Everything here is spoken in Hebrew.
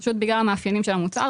פשוט בגלל המאפיינים של המוצר.